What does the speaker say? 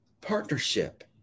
partnership